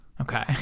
Okay